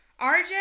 RJ